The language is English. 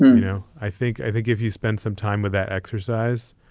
you know, i think i think if you spend some time with that exercise,